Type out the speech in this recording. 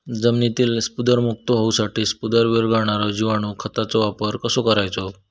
जमिनीतील स्फुदरमुक्त होऊसाठीक स्फुदर वीरघळनारो जिवाणू खताचो वापर कसो करायचो?